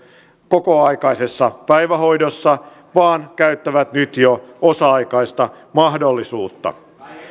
kokoaikaisessa päivähoidossa vaan käyttävät nyt jo osa aikaista mahdollisuutta